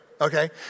Okay